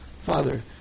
Father